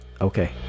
Okay